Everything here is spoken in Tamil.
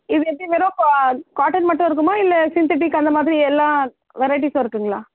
இது எப்படி வெறும் கா காட்டன் மட்டும் இருக்குதுமா இல்லை சிந்தடிக் அந்த மாதிரி எல்லாம் வெரைட்டிஸும் இருக்குதுங்களா